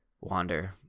Wander